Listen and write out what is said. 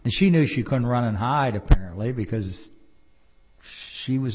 and she knew she couldn't run and hide apparently because she was